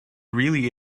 really